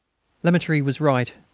lemaitre was right.